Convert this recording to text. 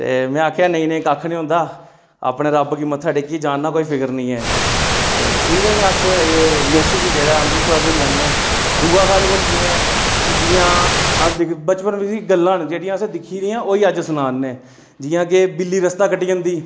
ते में आखेआ नेईं नेईं कक्ख नी होंदा अपने रब्ब गी मत्था टेकियै जा नां कोई फिक्र नेईं ऐ ते इ'यां अस एह् नेश्श गी जेह्ड़ा ऐ अंध विश्वास मन्नी लैने दुआ साढ़े कोल केह् ऐ जि'यां बचपन दियां गल्लां न असें दिक्खी दियां ओह् ई अज्ज सना 'रने जि'यां के बिल्ली रस्ता कट्टी जंदी